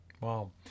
wow